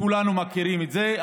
כולנו מכירים את זה.